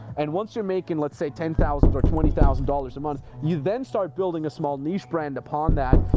and once you're making, let's say, ten thousand or twenty thousand dollars a month, you then start building a small niche brand upon that,